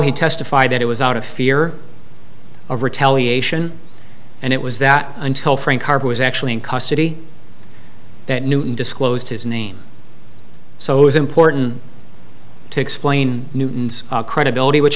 he testified that it was out of fear of retaliation and it was that until frank was actually in custody that newton disclosed his name so it was important to explain newton's credibility which